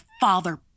father